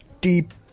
Deep